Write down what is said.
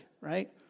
right